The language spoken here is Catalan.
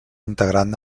integrant